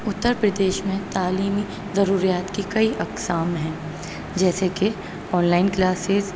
اترپردیش میں تعلیمی ضروریات کے کئی اقسام ہیں جیسے کہ آن لائن کلاسیس